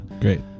Great